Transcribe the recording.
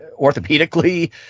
orthopedically